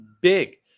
big